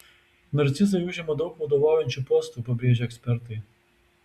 narcizai užima daug vadovaujančių postų pabrėžia ekspertai